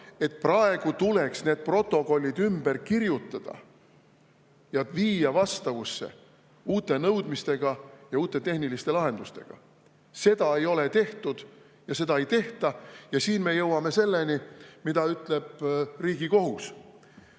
et praegu tuleks need protokollid ümber kirjutada ning viia vastavusse uute nõudmiste ja uute tehniliste lahendustega. Seda ei ole tehtud ja seda ei tehta. Ja siin me jõuame selleni, mida ütleb Riigikohus: